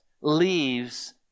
leaves